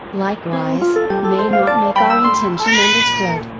likewise, may not make our intention understood.